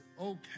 okay